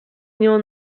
nią